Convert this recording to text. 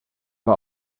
war